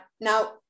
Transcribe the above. Now